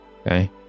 Okay